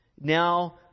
Now